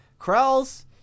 Krells